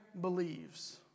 believes